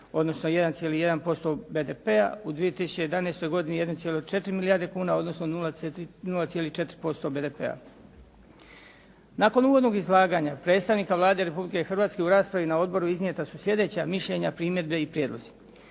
odnosno 1,1% BDP-a, u 2011. godini 1,4 milijarde kuna, odnosno 0,4% BDP-a. Nakon uvodnog izlaganja predstavnika Vlade Republike Hrvatske u raspravi na odboru iznijeta su sljedeća mišljenja, primjedbe i prijedlozi.